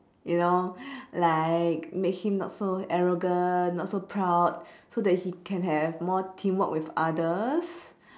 you know like make him not so arrogant not so proud so that he can have more teamwork with others